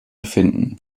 finden